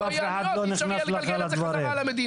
ואם הן לא יהיו עניות אי אפשר יהיה לגלגל את זה חזרה למדינה.